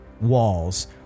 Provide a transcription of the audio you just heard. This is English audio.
walls